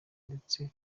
ndetse